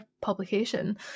publication